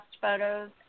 photos